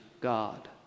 God